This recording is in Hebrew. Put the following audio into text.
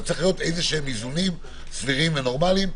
צריך שיהיו איזונים סבירים ונורמליים.